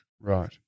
Right